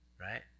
right